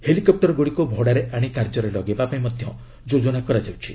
ହେଲିକପୂରଗୁଡ଼ିକୁ ଭଡ଼ାରେ ଆଣି କାର୍ଯ୍ୟରେ ଲଗାଇବାପାଇଁ ମଧ୍ୟ ଯୋଜନା କରାଯାଉଛି